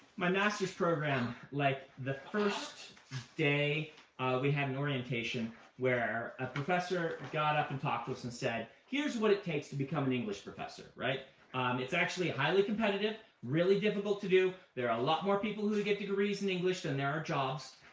my master's program, like, the first day we had an orientation where a professor got up and talked to us and said, here's what it takes to become an english professor. it's actually highly competitive, really difficult to do. there are a lot more people who get degrees in english than there are jobs.